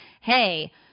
hey